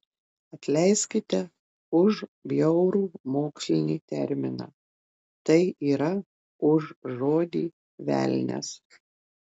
atleiskite už bjaurų mokslinį terminą tai yra už žodį velnias